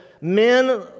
men